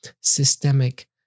systemic